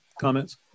comments